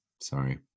Sorry